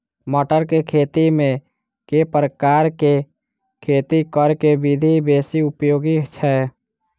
मटर केँ खेती मे केँ प्रकार केँ खेती करऽ केँ विधि बेसी उपयोगी छै?